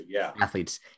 athletes